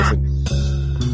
listen